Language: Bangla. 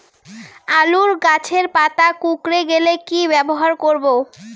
আলুর গাছের পাতা কুকরে গেলে কি ব্যবহার করব?